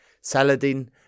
Saladin